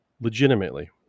legitimately